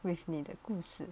with 你的故事